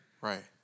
Right